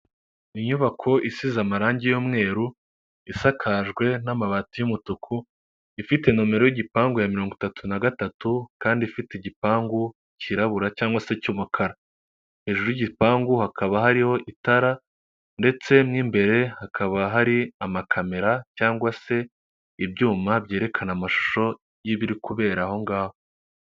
Inyubako isize amarange y'umweru, isakajwe n'amabati y'umutuku, ifite nomero y'gipangu ya mirongo itatu na gatatu, kandi ifite igipangu cyirabura, cyangwa se cy'umukara. Hejuru y'igipangu hakaba hariho itara, ndetse mo imbere hakaba hari amakamera, cyangwa se ibyuma byerekana amashusho y'ibiri kubera ahongaho.